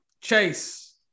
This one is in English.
Chase